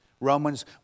Romans